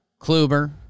Kluber